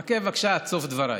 חכה בבקשה עד סוף דבריי.